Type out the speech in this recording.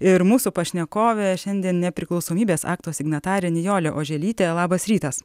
ir mūsų pašnekovė šiandien nepriklausomybės akto signatarė nijolė oželytė labas rytas